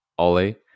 Ole